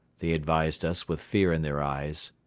they advised us with fear in their eyes.